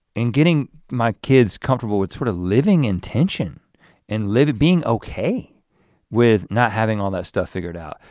in getting my kids comfortable with sort of living intention and let it being okay with not having all that stuff figured out,